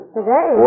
Today